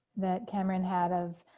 that cameron had of